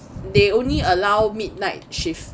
they only allow midnight shift